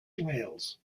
wales